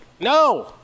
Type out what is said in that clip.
no